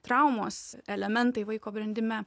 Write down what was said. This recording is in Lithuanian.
traumos elementai vaiko brendime